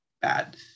bad